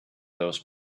those